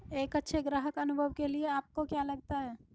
एक अच्छे ग्राहक अनुभव के लिए आपको क्या लगता है?